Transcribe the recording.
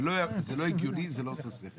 זה לא הגיוני, זה לא עושה שכל.